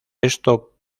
esto